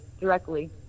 directly